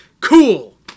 cool